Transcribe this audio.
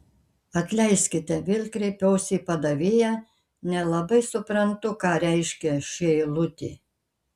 atleiskite vėl kreipiausi į padavėją nelabai suprantu ką reiškia ši eilutė